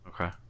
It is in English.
Okay